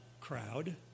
crowd